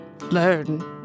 learn